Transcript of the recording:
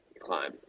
climb